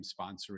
sponsoring